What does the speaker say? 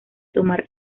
tomar